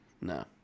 No